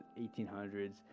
1800s